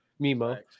Mimo